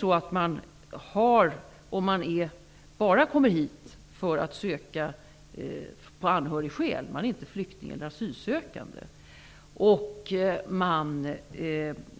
Om en man och kvinna kommer till Sverige bara för att söka på anhörigskäl -- utan att vara flykting eller asylsökande -- och